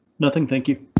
nothing, thank you.